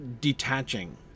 detaching